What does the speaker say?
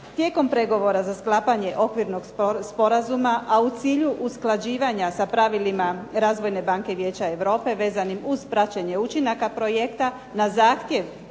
Tijekom pregovora za sklapanje Okvirnog sporazuma, a u cilju usklađivanja sa pravilima Razvojne banke Vijeća Europe vezanim uz praćenje učinaka projekata, na zahtjev